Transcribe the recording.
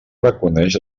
reconeix